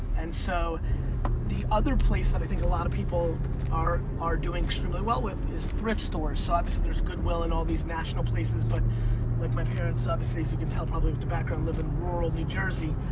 and so the other place that i think a lot of people are are doing extremely well with is thrift stores. obviously there's goodwill and all these national places but like my parents obviously, as you can tell probably with the background live in rural new jersey.